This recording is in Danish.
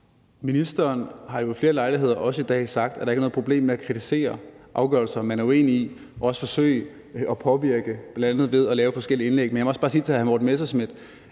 Ministeren har jo ved flere lejligheder og også i dag sagt, at der ikke er noget problem i at kritisere afgørelser, man er uenig i, og heller ikke i at forsøge at påvirke bl.a. ved at lave forskellige indlæg. Men jeg må også bare sige til hr. Morten Messerschmidt,